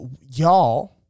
y'all